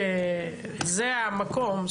זה המקום,